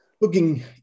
looking